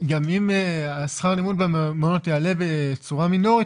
גם אם שכר הלימוד במעונות יעלה בצורה מינורית,